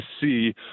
see